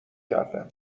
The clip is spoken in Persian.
کردم